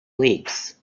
weeks